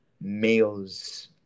males